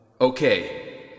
Okay